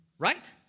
right